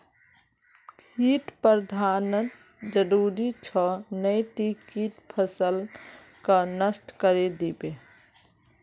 कीट प्रबंधन जरूरी छ नई त कीट फसलक नष्ट करे दीबे